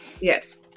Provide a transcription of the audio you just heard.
Yes